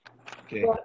Okay